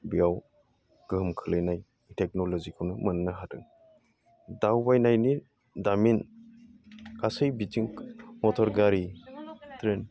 बेयाव गोहोम खोख्लैनाय टेकन'ल'जिखौनो मोननो हादों दावबायनायनि दामिन गासै बिथिं मथर गारि ट्रेन